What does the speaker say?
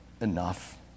enough